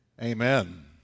Amen